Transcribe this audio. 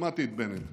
שמעתי את בנט,